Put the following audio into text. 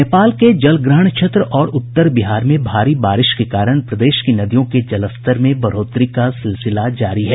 नेपाल के जलग्रहण क्षेत्र और उत्तर बिहार में भारी बारिश के कारण प्रदेश की नदियों के जलस्तर में बढ़ोतरी का सिलसिला जारी है